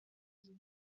you